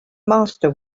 master